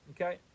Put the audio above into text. Okay